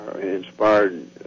inspired